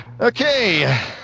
Okay